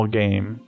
game